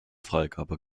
freigabe